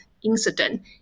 incident